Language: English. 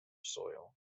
soil